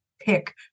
pick